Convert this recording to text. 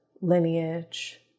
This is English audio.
lineage